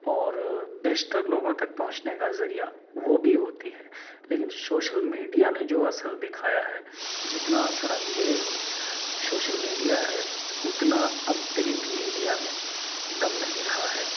اور بیشتر لوگوں تک پہنچنے کا ذریعہ وہ بھی ہوتی ہے لیکن سوشل میڈیا نے جو اثر دکھایا ہے جتنا اثر انگیز سوشل میڈیا ہے اتنا اب پرنٹ میڈیا میں دم نہیں رہا ہے